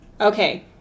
Okay